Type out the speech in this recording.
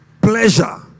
pleasure